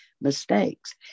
mistakes